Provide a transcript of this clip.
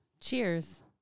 Cheers